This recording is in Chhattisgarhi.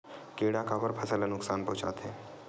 किड़ा काबर फसल ल नुकसान पहुचाथे?